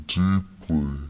deeply